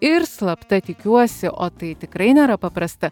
ir slapta tikiuosi o tai tikrai nėra paprasta